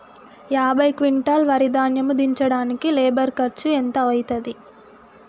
యాభై క్వింటాల్ వరి ధాన్యము దించడానికి లేబర్ ఖర్చు ఎంత అయితది?